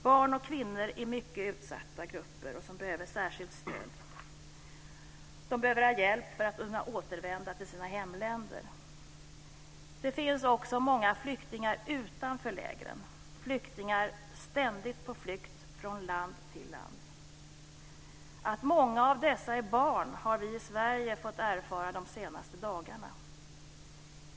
Barn och kvinnor är mycket utsatta grupper och behöver särskilt stöd. De behöver ha hjälp för att kunna återvända till sina hemländer. Det finns också många flyktingar utanför lägren - flyktingar ständigt på flykt från land till land. Att många av dessa är barn har vi i Sverige fått erfara de senaste dagarna.